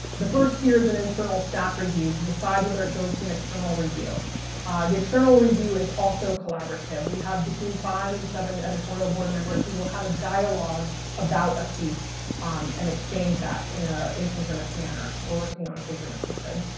the first tier is an internal staff review to decide whether it goes to an external review the external review is also collaborative we have between five and seven editorial board members who will have a dialogue about a piece um and exchange that in a a synchronous manner we're working on a synchronous method.